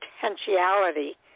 potentiality